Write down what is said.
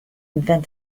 invent